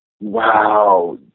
Wow